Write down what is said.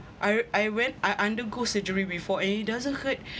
I I went I undergo surgery before and it doesn't hurt